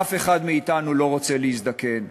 אף אחד מאתנו לא רוצה להזדקן.